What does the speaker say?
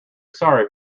sorry